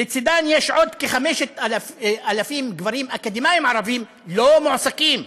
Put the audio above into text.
לצדן יש עוד כ-5,000 גברים אקדמאים ערבים לא מועסקים.